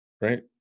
right